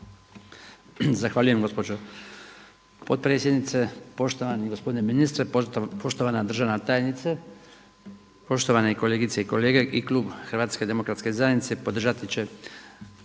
Poštovana gospođo potpredsjednice, poštovani gospodine ministre, poštovana državna tajnice, kolegice i kolege. I Klub Hrvatske demokratske zajednice podržati